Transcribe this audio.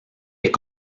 est